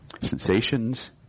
Sensations